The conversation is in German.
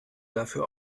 dafür